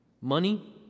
money